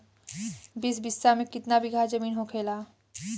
बीस बिस्सा में कितना बिघा जमीन होखेला?